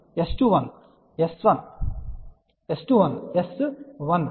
S21 S 1 3